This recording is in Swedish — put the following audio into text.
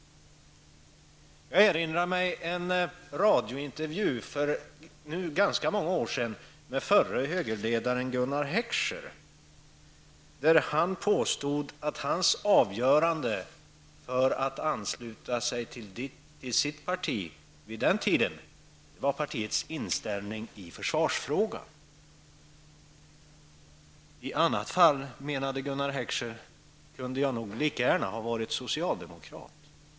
Jag erinrar mig en radiointervju för ganska många år sedan med förre högerledaren Gunnar Heckscher. Han påstod att hans avgörande för att ansluta sig till sitt parti vid den tidpunkten var partiets inställning i försvarsfrågan. I annat fall, menade han, kunde han lika gärna ha varit socialdemokrat.